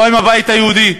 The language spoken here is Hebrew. לא עם הבית היהודי,